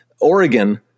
Oregon